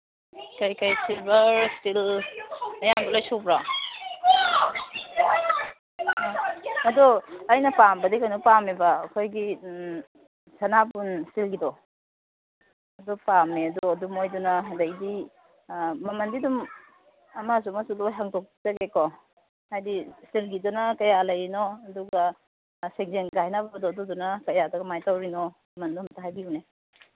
ꯀꯔꯤ ꯀꯔꯤ silver steel ꯑꯌꯥꯝꯕ ꯂꯣꯏ ꯁꯨꯕ꯭ꯔꯣ ꯑꯗꯨ ꯑꯩꯅ ꯄꯥꯝꯕꯗꯤ ꯀꯩꯅꯣ ꯄꯥꯝꯃꯦꯕ ꯑꯩꯈꯣꯏꯒꯤ ꯁꯅꯥꯕꯨꯟ ꯏꯁꯇꯤꯜꯒꯤꯗꯣ ꯑꯗꯨ ꯄꯥꯝꯃꯦ ꯑꯗꯨ ꯃꯈꯣꯏꯗꯨꯅ ꯑꯗꯒꯤꯗꯤ ꯃꯃꯟꯗꯤ ꯑꯗꯨꯝ ꯑꯃꯁꯨ ꯑꯃꯁꯨ ꯂꯣꯏꯅ ꯍꯪꯗꯣꯛꯆꯒꯦꯀꯣ ꯍꯥꯏꯕꯗꯤ ꯏꯁꯇꯤꯜꯒꯤꯗꯨꯅ ꯀꯌꯥ ꯂꯩꯔꯤꯅꯣ ꯑꯗꯨꯒ ꯁꯦꯟꯖꯦꯡ ꯀꯥ ꯍꯥꯏꯅꯕꯗꯣ ꯑꯗꯨꯒꯤꯗꯨꯅ ꯀꯌꯥꯗ ꯀꯃꯥꯏ ꯇꯧꯔꯤꯅꯣ ꯃꯃꯟꯗꯨ ꯑꯝꯇ ꯍꯥꯏꯕꯤꯌꯨꯅꯦ